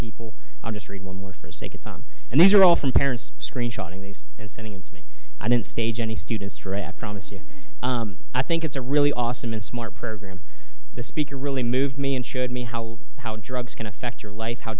people are just read one more for sake of tom and these are all from parents screen shotting these and sending him to me i don't stage any students to read promise you i think it's a really awesome and smart program the speaker really moved me and showed me how how drugs can affect your life how